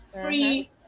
free